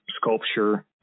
sculpture